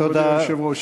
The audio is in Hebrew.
תודה, מכובדי היושב-ראש.